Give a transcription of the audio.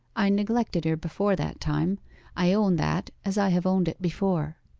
i neglected her before that time i own that, as i have owned it before